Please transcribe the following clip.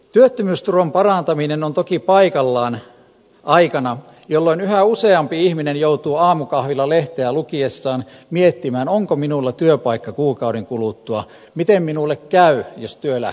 työttömyysturvan parantaminen on toki paikallaan aikana jolloin yhä useampi ihminen joutuu aamukahvilla lehteä lukiessaan miettimään onko minulla työpaikka kuukauden kuluttua miten minulle käy jos työ lähtee alta